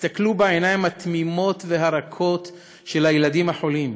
הסתכלו בעיניים התמימות והרכות של הילדים החולים,